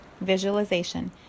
visualization